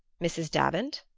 mrs. davant?